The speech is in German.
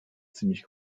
ziemlich